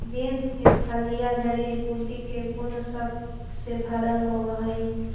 beans के फलियां जड़ी बूटी के गुण सब से भरल होब हई